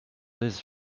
this